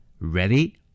Ready